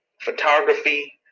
photography